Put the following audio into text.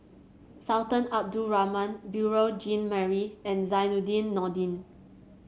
Sultan Abdul Rahman Beurel Jean Marie and Zainudin Nordin